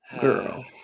Girl